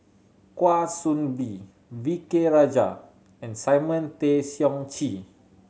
Kwa Soon Bee V K Rajah and Simon Tay Seong Chee